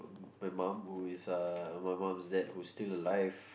my mom who is uh my mom's dad who is still alive